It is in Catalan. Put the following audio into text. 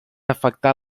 afectar